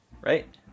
right